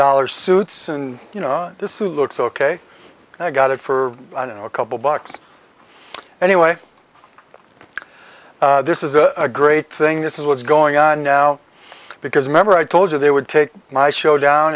dollars suits and you know this looks ok i got it for a couple bucks anyway this is a great thing this is what's going on now because remember i told you they would take my show down